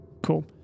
Cool